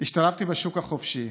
השתלבתי בשוק החופשי.